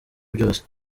byose